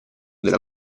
della